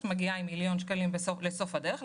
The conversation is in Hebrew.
את מגיעה עם מיליון שקלים לסוף הדרך,